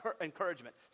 encouragement